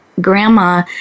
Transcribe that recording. grandma